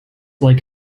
like